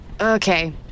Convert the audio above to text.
Okay